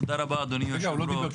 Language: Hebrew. תודה רבה אדוני היו"ר,